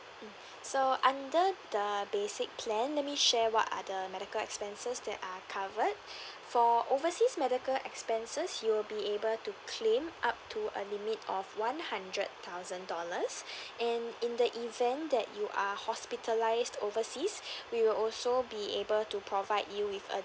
so under the basic plan let me share what are the medical expenses that are covered for overseas medical expenses you will be able to claim up to a limit of one hundred thousand dollars and in the event that you are hospitalised overseas we will also be able to provide you with a